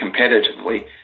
competitively